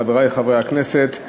חברי חברי הכנסת,